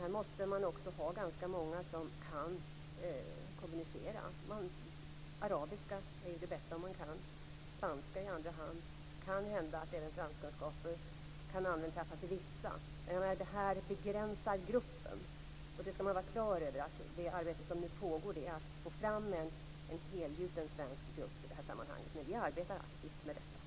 Här måste man också ha ganska många som kan kommunicera. Det bästa är om man kan arabiska och i andra hand spanska, och det kan hända att även franskkunskaper kan användas för vissa. Det begränsar gruppen. Man skall vara klar över att det arbete som nu pågår handlar om att få fram en helgjuten svensk grupp i det här sammanhanget. Men vi arbetar aktivt med detta.